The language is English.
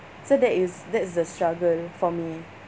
so that is that's the struggle for me